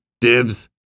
dibs